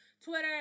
Twitter